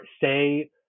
say